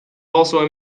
also